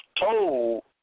told